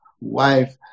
wife